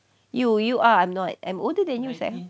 you you are I'm not I'm older than you sayang